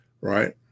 right